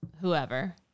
whoever